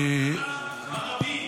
אבל גם הממשלה.